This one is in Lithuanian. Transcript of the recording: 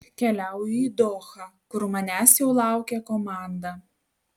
keliauju į dohą kur manęs jau laukia komanda